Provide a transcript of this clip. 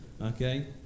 Okay